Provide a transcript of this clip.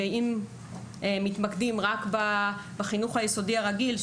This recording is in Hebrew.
אם מתמקדים רק בחינוך היסודי הרגיל,